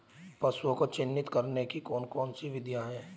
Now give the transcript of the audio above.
पशुओं को चिन्हित करने की कौन कौन सी विधियां हैं?